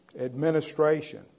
administration